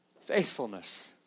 Faithfulness